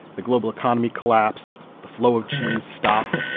the global economy collapsed, the flow of cheese stopped,